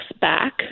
back